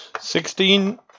Sixteen